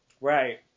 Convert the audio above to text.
Right